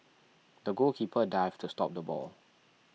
the goalkeeper dived to stop the ball